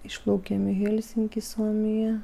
išplaukėm į helsinky suomija